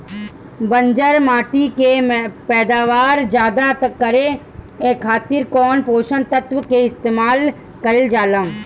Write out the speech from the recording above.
बंजर माटी के पैदावार ज्यादा करे खातिर कौन पोषक तत्व के इस्तेमाल कईल जाला?